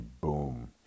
boom